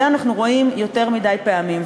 את זה אנחנו רואים יותר מדי פעמים.